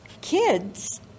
kids